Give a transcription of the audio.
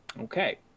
Okay